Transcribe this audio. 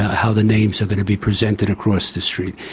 how the names are going to be presented across the street.